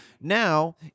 now